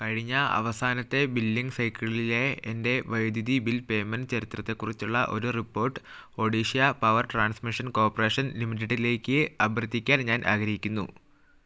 കഴിഞ്ഞ അവസാനത്തെ ബില്ലിംഗ് സൈക്കിളിലെ എൻ്റെ വൈദ്യുതി ബിൽ പേയ്മെൻ്റ് ചരിത്രത്തെക്കുറിച്ചുള്ള ഒരു report Odisha power transmission corporation ലിമിറ്റഡിലേക്ക് അഭ്യർത്ഥിക്കാൻ ഞാൻ ആഗ്രഹിക്കുന്നു